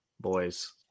boys